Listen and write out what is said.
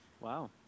Wow